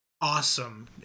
awesome